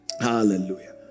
Hallelujah